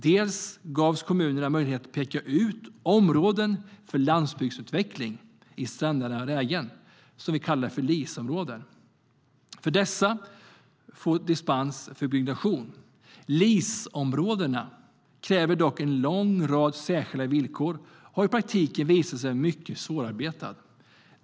Dels gavs kommunerna möjlighet att peka ut områden för landsbygdsutveckling i strandnära lägen, som vi kallar LIS-områden, och få dispens för byggnation där. LIS-områdena kräver dock en lång rad särskilda villkor och har i praktiken visat sig vara mycket svårarbetade.